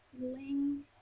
ling